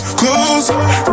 closer